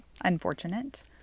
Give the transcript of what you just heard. unfortunate